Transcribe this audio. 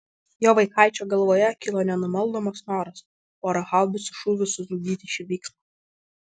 jo vaikaičio galvoje kilo nenumaldomas noras pora haubicų šūvių sutrukdyti šį vyksmą